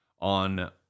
on